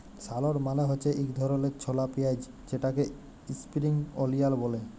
shallot মালে হছে ইক ধরলের ছলা পিয়াঁইজ যেটাকে ইস্প্রিং অলিয়াল ব্যলে